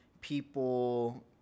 people